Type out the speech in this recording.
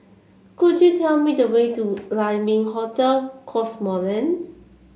could you tell me the way to Lai Ming Hotel Cosmoland